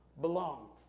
belong